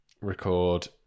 record